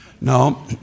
no